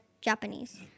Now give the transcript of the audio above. Japanese